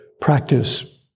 practice